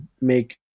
make